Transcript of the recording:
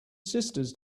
sisters